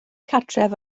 cartref